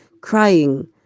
crying